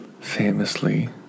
famously